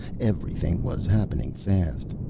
everything was happening fast.